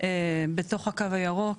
בתוך הקו הירוק.